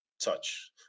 touch